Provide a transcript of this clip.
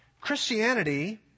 Christianity